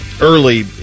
early